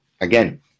again